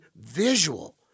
visual